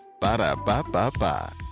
Ba-da-ba-ba-ba